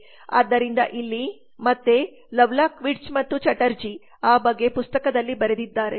ಆದ್ದರಿಂದ ಇಲ್ಲಿ ಮತ್ತೆ ಲವ್ಲಾಕ್ ವಿರ್ಟ್ಜ್ ಮತ್ತು ಚಟರ್ಜಿLovelock Wirtz and Chatterjee ಆ ಬಗ್ಗೆ ಪುಸ್ತಕದಲ್ಲಿ ಬರೆದಿದ್ದಾರೆ